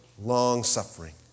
long-suffering